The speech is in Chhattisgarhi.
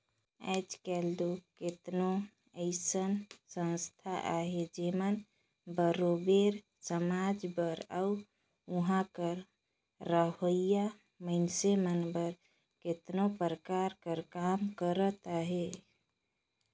आएज काएल दो केतनो अइसन संस्था अहें जेमन बरोबेर समाज बर अउ उहां कर रहोइया मइनसे मन बर केतनो परकार कर काम करत अहें